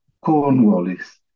Cornwallis